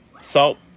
Salt